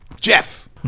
Jeff